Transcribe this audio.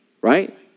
right